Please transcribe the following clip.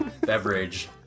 beverage